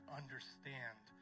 understand